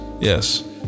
yes